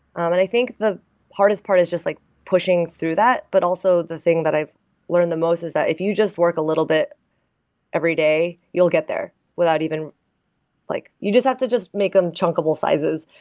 um and i think the hardest part is just like pushing through that, but also the thing that i've learned the most is that if you just work a little bit every day, you'll get there without even like you just have to just make them chunkable sizes,